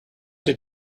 did